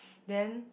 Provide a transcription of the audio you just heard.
then